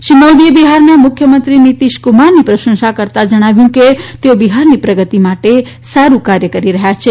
શ્રી મોદીએ બિહારના મુખ્યમંત્રી નીતીશ કુમારની પ્રશંસા કરતા કહ્યું કે તેઓ બિહારની પ્રગતિ માટે સારૂ કાર્ય કરી રહયા છે